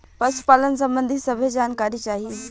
पशुपालन सबंधी सभे जानकारी चाही?